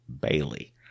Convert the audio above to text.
Bailey